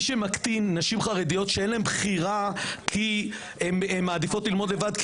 שמקטין נשים חרדיות שאין להן בחירה כי הן מעדיפות ללמוד לבד,